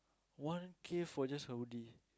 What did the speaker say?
one K for just Audi